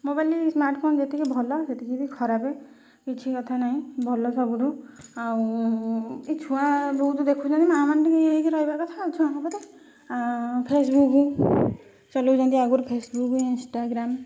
mobile smartphone ଯେତିକି ଯେତିକି ଭଲ ସେତିକି ବି ଖରାପେ କିଛି କଥା ନାହିଁ ଭଲ ସବୁଠୁ ଆଉ ଏଇ ଛୁଆ ବହୁତ ଦେଖୁଛନ୍ତି ନା ମାନେ ହେଇକି ରହିବା କଥା ଫେସବୁକ୍ ଚଲାଉଛନ୍ତି ଆଗରୁ ଫେସବୁକ୍ ଇନ୍ସଟାଗ୍ରାମ